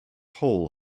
hole